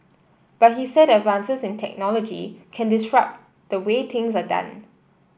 but he said advances in technology can disrupt the way things are done